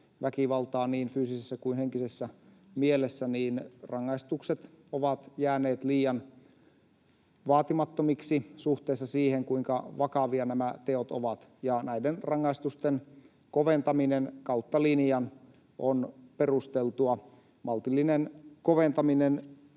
väkivaltaa niin fyysisessä kuin henkisessä mielessä, niin rangaistukset ovat jääneet liian vaatimattomiksi suhteessa siihen, kuinka vakavia nämä teot ovat. Näiden rangaistusten koventaminen kautta linjan on perusteltua. Maltillinen koventaminen